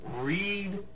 Read